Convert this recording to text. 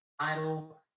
title